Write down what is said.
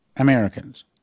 Americans